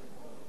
לתשתיות,